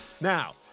Now